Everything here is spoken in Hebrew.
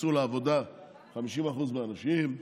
יצאו לעבודה 50% מהאנשים,